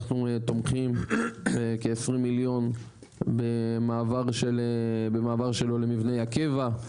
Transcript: אנחנו תומכים בכ-20 מיליון במעבר שלו למבנה הקבע.